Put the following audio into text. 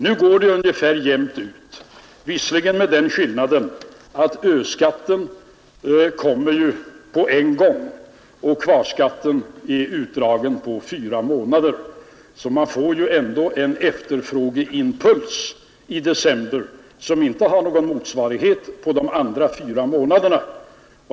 Nu går det på ett ungefär jämnt ut — visserligen med den skillnaden att ö-skatten kommer på en gång och kvarskatten utdragen på fyra månader. Vi får således ändå en efterfrågeimpuls i december, som inte har någon motsvarighet under de andra fyra månaderna.